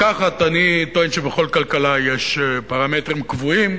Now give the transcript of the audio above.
אני טוען שבכל כלכלה יש פרמטרים קבועים.